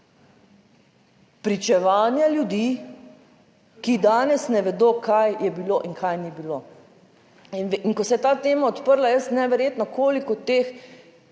Pričevanja ljudi, ki danes ne vedo kaj je bilo in kaj ni bilo. In ko se je ta tema odprla, jaz, neverjetno, koliko teh,